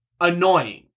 annoying